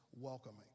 welcoming